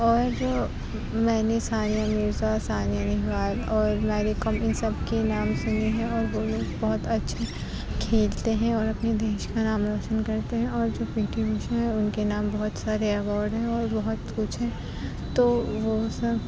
اور جو میں نے ثانیہ مرزا ثانیہ نہوال اور میری کوم اِن سب کے نام سُنیں ہیں اور وہ لوگ بہت اچھے کھیلتے ہیں اور اپنے دیش کا نام روشن کرتے ہیں اور جو پی ٹی اوشا ہیں اُن کے نام بہت سارے ایوارڈ ہیں اور بہت کچھ ہیں تو وہ سب